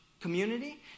Community